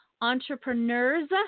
entrepreneurs